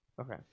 Okay